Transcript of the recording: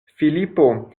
filipo